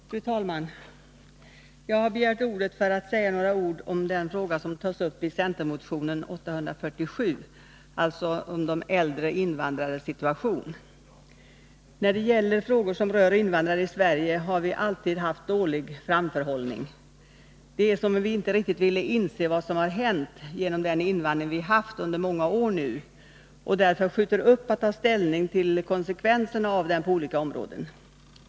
Fru talman! Jag har begärt ordet för att säga några ord om den fråga som tas upp i centermotionen 848, alltså de äldre invandrarnas situation. När det gäller frågor som rör invandrare i Sverige har vi alltid haft dålig framförhållning. Det är som om vi inte riktigt ville inse vad som har hänt genom den invandring vi har haft under många år och därför skjuter upp att ta ställning till konsekvenserna av den på olika områden.